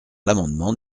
l’amendement